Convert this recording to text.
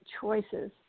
choices